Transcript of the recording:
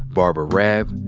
barbara raab,